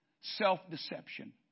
Self-deception